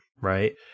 right